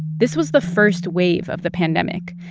this was the first wave of the pandemic.